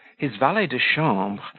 his valet-de-chambre,